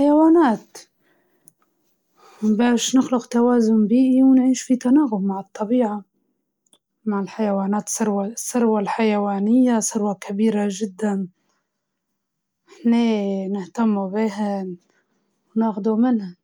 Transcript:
والله التحكم في الآلات أحسن، لإن ال العالم بدأ يتطور وصار كل حاجة تعتمد على التكنولوجيا، تخيل تتحكم في السيارة بتليفونك، حتى الأجهزة اللي في البيت، أما الحيوانات حلوة